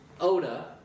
Oda